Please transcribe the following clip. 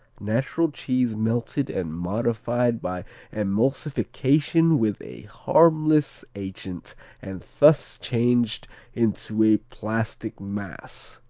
natural cheese melted and modified by emulsification with a harmless agent and thus changed into a plastic mass.